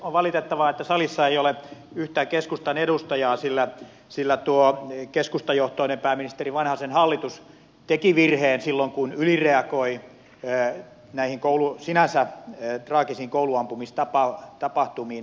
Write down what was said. on valitettavaa että salissa ei ole yhtään keskustan edustajaa sillä tuo keskustajohtoinen pääministeri vanhasen hallitus teki virheen silloin kun ylireagoi näihin sinänsä traagisiin kouluampumistapahtumiin